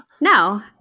No